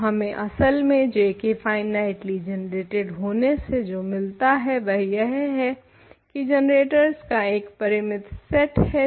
तो हमें असल में J के फाइनाइटली जनरेटेड होने से जो मिलता है वह यह है की जनरेटर्स का एक परिमित सेट है